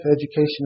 education